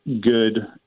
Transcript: good